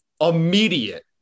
immediate